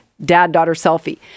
daddaughterselfie